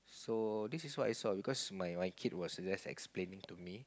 so this is what I saw because my my kid was just explaining to me